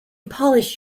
polish